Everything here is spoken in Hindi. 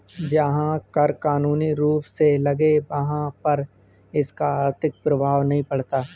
जहां कर कानूनी रूप से लगे वहाँ पर इसका आर्थिक प्रभाव नहीं पड़ता